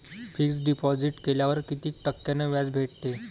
Fix deposit केल्यावर कितीक टक्क्यान व्याज भेटते?